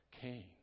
Cain